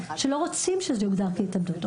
שלא רוצים שזה יוגדר כהתאבדות.